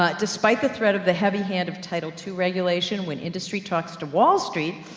but despite the threat of the heavy hand of title two regulation, when industry talks to wall street,